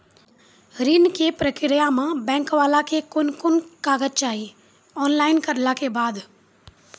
ऋण के प्रक्रिया मे बैंक वाला के कुन कुन कागज चाही, ऑनलाइन करला के बाद?